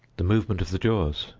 the movement of the jaws,